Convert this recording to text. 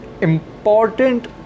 important